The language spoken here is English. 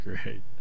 Great